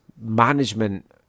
management